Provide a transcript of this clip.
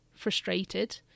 frustrated